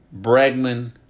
Bregman